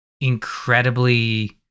incredibly